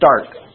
start